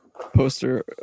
poster